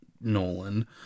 Nolan